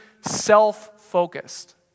self-focused